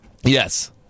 Yes